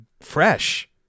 fresh